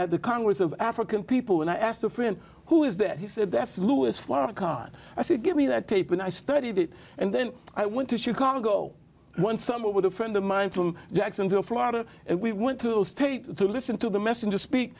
at the congress of african people and i asked a friend who is that he said that's louis farrakhan i said give me that tape and i studied it and then i went to chicago one summer with a friend of mine from jacksonville florida and we went to the state to listen to the messenger speak